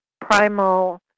primal